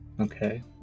Okay